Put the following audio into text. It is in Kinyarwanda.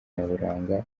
nyaburanga